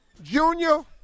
Junior